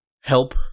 help